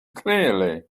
clearly